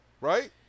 Right